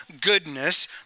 goodness